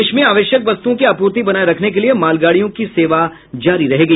देश में आवश्यक वस्तुओं की आपूर्ति बनाए रखने के लिए मालगाड़ियों की सेवा जारी रहेगी